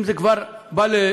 אם זה כבר בא לשולחנך,